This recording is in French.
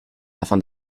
afin